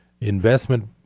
investment